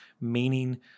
meaning